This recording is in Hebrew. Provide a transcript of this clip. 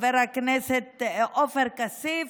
חבר הכנסת עופר כסיף,